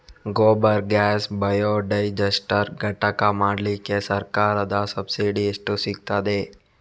Gobar gas biodigester ಘಟಕ ಮಾಡ್ಲಿಕ್ಕೆ ಸರ್ಕಾರದ ಸಬ್ಸಿಡಿ ಎಷ್ಟು ಸಿಕ್ತಾದೆ?